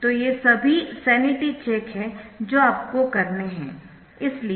तो ये सभी सैनिटी चेक है जो आपको करने है